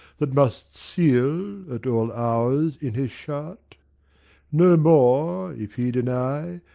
that must seal, at all hours, in his shirt no more, if he deny,